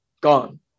gone